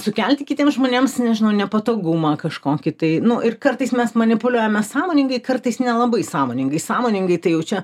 sukelti kitiems žmonėms nežinau nepatogumą kažkokį tai nu ir kartais mes manipuliuojame sąmoningai kartais nelabai sąmoningai sąmoningai tai jau čia